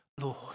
Lord